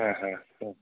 ह ह